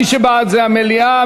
מי שבעד זה המליאה,